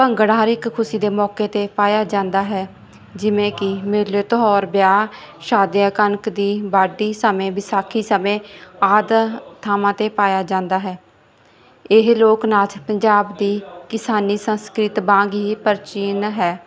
ਭੰਗੜਾ ਹਰ ਇੱਕ ਖੁਸ਼ੀ ਦੇ ਮੌਕੇ 'ਤੇ ਪਾਇਆ ਜਾਂਦਾ ਹੈ ਜਿਵੇਂ ਕਿ ਮੇਲੇ ਤਿਉਹਾਰ ਵਿਆਹ ਸ਼ਾਦੀ ਜਾਂ ਕਣਕ ਦੀ ਵਾਢੀ ਸਮੇਂ ਵਿਸਾਖੀ ਸਮੇਂ ਆਦਿ ਥਾਵਾਂ 'ਤੇ ਪਾਇਆ ਜਾਂਦਾ ਹੈ ਇਹ ਲੋਕ ਨਾਚ ਪੰਜਾਬ ਦੀ ਕਿਸਾਨੀ ਸੰਸਕ੍ਰਿਤ ਵਾਂਗ ਹੀ ਪ੍ਰਾਚੀਨ ਹੈ